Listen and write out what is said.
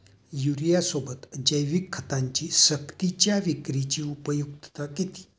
युरियासोबत जैविक खतांची सक्तीच्या विक्रीची उपयुक्तता किती?